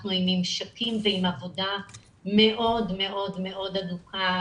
אנחנו עם ממשקים ועם עבודה מאוד מאוד הדוקה,